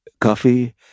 Coffee